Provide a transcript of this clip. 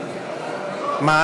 (חברי